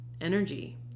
energy